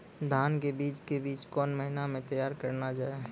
धान के बीज के बीच कौन महीना मैं तैयार करना जाए?